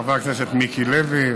חבר הכנסת מיקי לוי,